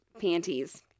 panties